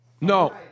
No